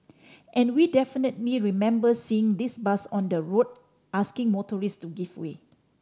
and we definitely remember seeing this bus on the road asking motorist to give way